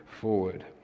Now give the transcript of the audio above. forward